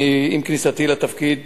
עם כניסתו לתפקיד